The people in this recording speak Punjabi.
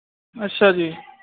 ਅੱਛਾ ਜੀ